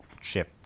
ship